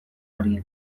horiek